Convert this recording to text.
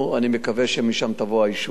אני מקווה שמשם תבוא הישועה.